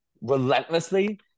relentlessly